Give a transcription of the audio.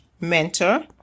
mentor